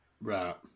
Right